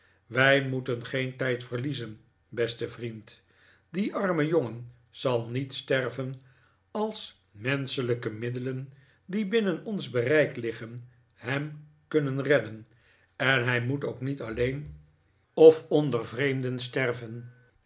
wij moeten geen tijd verliezen beste vriend die arme jongen zal niet sterven als menschelijke middelen die binnen ons bereik liggen hem kunnen redden en hij moet ook niet alleen of onder vreemden sterven